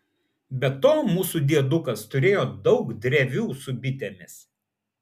be to mūsų diedukas turėjo daug drevių su bitėmis